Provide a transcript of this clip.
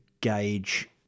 gauge